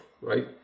right